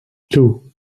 two